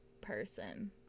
person